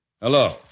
Hello